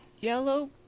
yellow